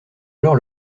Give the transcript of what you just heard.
alors